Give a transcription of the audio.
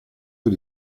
per